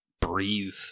breathe